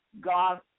God